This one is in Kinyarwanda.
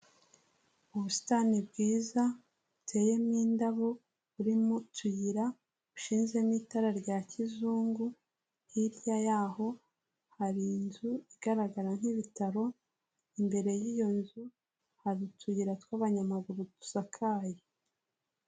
Ubusitani bwiza buteyemo indabo burimo utuyira dushinzemo itara rya kizungu hirya y'aho hari inzu igaragara nk'ibitaro imbere y'iyo nzu hari utuyira tw'abanyamaguru dusakaye.